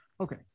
Okay